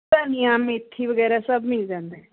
ਧਨੀਆ ਮੇਥੀ ਵਗੈਰਾ ਸਭ ਮਿਲ ਜਾਂਦਾ